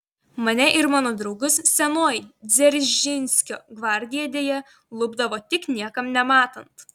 mane ir mano draugus senoji dzeržinskio gvardija deja lupdavo tik niekam nematant